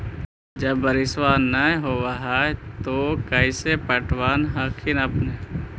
जब बारिसबा नय होब है तो कैसे पटब हखिन अपने?